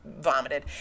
vomited